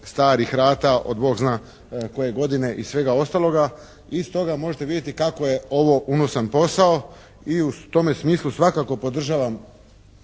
starih rata od Bog zna koje godine i svega ostaloga i stoga možete vidjeti kako je ovo unosan posao i u tome smislu svakako podržavam